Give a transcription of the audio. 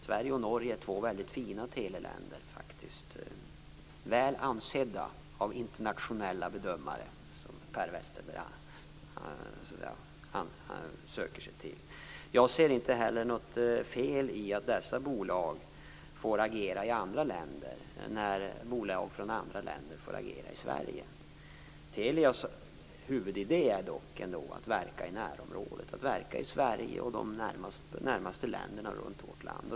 Sverige och Norge är faktiskt två mycket fina teleländer, väl ansedda av internationella bedömare, som ju Per Westerberg söker sig till. Jag ser inte heller något fel i att dessa bolag får agera i andra länder när bolag från andra länder får agera i Sverige. Telias huvudidé är dock att verka i Sverige och de närmaste länderna runt vårt land.